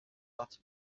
parti